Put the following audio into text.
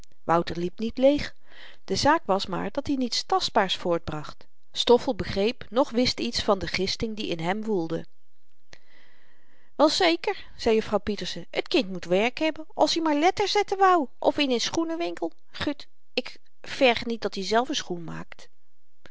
wouter liep niet leeg de zaak was maar dat-i niets tastbaars voortbracht stoffel begreep noch wist iets van de gisting die in hem woelde wel zeker zei juffrouw pieterse t kind moet werk hebben als i maar letterzetten wou of in n schoenenwinkel gut ik verg niet dat-i zelf n schoen maakt